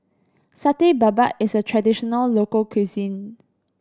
Satay Babat is a traditional local cuisine